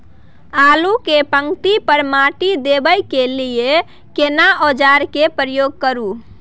आलू के पाँति पर माटी देबै के लिए केना औजार के प्रयोग करू?